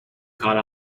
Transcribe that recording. caught